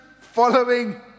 following